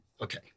Okay